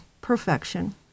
perfection